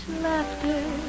laughter